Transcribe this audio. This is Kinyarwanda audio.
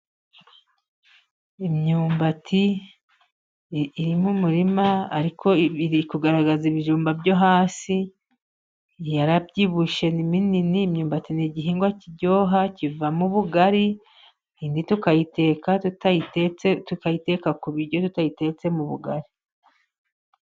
Imyumbati iri mu murima ariko iri kugaragaza ibijumba byo hasi yarabyibushye ni minini. Imyumbati ni igihingwa kiryoha kivamo ubugari, indi tukayiteka ku biryo tutayitetse mu bugari.